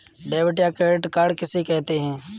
Debit या credit card किसे कहते हैं?